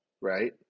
Right